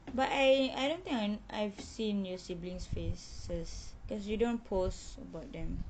but I I don't think I I've seen your siblings faces because you don't post about them